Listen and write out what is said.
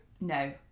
No